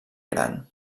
gran